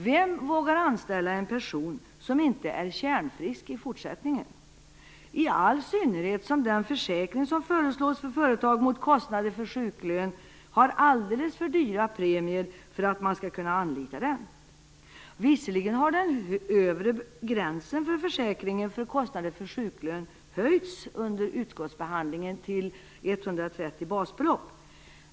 Vem vågar i fortsättningen anställa en person som inte är kärnfrisk - i all synnerhet som den försäkring som föreslås för företag mot kostnader för sjuklön har alldeles för dyra premier för att man skall kunna anlita den? Visserligen har försäkringens övre gräns för kostnader för sjuklön höjts under utskottsbehandlingen till 130 basbelopp.